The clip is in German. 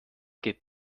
geht